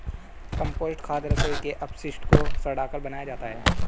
compost खाद रसोई के अपशिष्ट को सड़ाकर बनाया जाता है